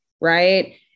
right